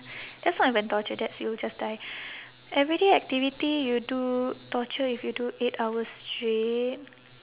that's not even torture that's you will just die everyday activity you do torture if you do eight hours straight